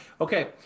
Okay